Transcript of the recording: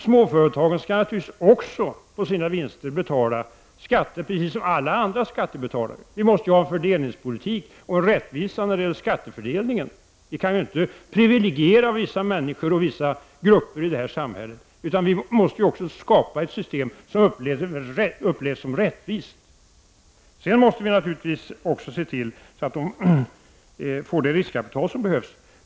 Småföretagarna skall dock naturligtvis betala skatt på sina vinster precis som alla andra skattebetalare. Vi måste ha en fördelningspolitik och en rättvisa när det gäller skattefördelningen. Vi kan inte privilegiera vissa människor och vissa grupper i samhället, utan vi måste också skapa ett system som upplevs som rättvist. Vi måste naturligtvis också se till att man får det riskkapital som behövs.